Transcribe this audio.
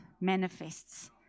manifests